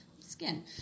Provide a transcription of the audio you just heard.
skin